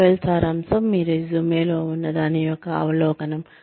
profile సారాంశం మీ resume లో ఉన్న దాని యొక్క అవలోకనం